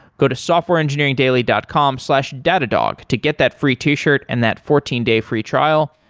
go to softwareengineeringdaily dot com slash datadog to get that free t shirt and that fourteen day free trial.